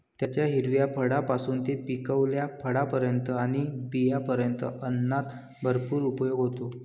त्याच्या हिरव्या फळांपासून ते पिकलेल्या फळांपर्यंत आणि बियांपर्यंत अन्नात भरपूर उपयोग होतो